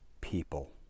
people